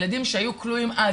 הילדים שהיו כלואים אז,